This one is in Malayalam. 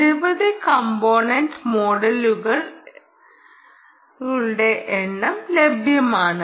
നിരവധി കമ്പൊണെൻ്റ് മോഡലുകളുടെ എണ്ണം ലഭ്യമാണ്